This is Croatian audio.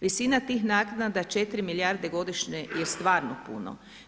Visina naknada 4 milijarde godišnje je stvarno puno.